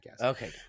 Okay